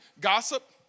Gossip